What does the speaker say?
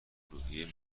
روحیه